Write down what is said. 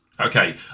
Okay